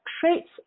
traits